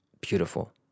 beautiful